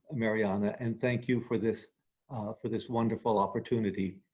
ah marianna. and thank you for this for this wonderful opportunity.